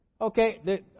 Okay